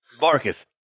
Marcus